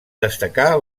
destacar